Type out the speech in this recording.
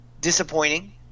disappointing